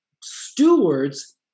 stewards